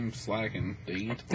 slacking